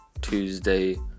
Tuesday